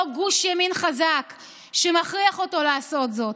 גוש ימין חזק שמכריח אותו לעשות זאת.